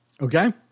Okay